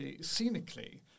scenically